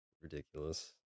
ridiculous